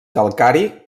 calcari